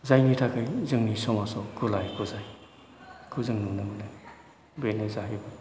जायनि थाखाय जोंनि समाजाव गुलाय गुजायखौ जों नुनो मोनो बेनो जाहैबाय